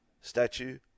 statue